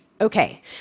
Okay